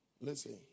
listen